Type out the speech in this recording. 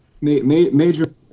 major